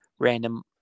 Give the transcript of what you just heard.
random